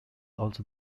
also